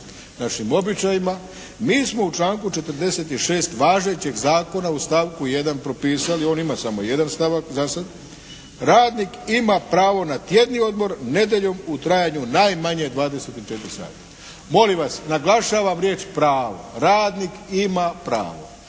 našim običajima mi smo u članku 46. važećeg zakona u stavku 1. propisali on ima samo jedan stavak za sad. Radnik ima pravo na tjedni odmor nedjeljom u trajanju najmanje 24 sata. Molim vas naglašavam riječ pravo. Radnik ima pravo.